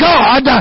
God